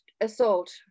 assault